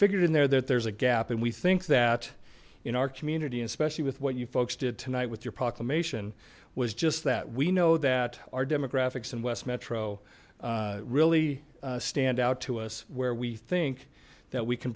figured in there that there's a gap and we think that in our community especially with what you folks did tonight with your proclamation was just that we know that our demographics and west metro really stand out to us where we think that we can